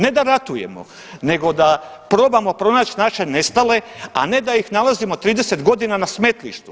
Ne da ratujemo, nego da probamo pronaći naše nestale a ne da ih nalazimo 30 godina na smetlištu.